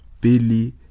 billy